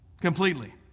Completely